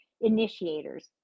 initiators